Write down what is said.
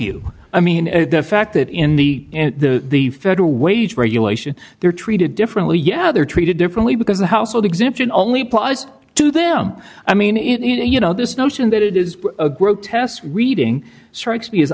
you i mean the fact that in the in the the federal wage regulation they're treated differently yeah they're treated differently because a household exemption only plies to them i mean you know this notion that it is a grotesque reading strikes me